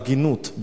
בהגינות,